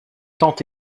tant